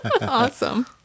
Awesome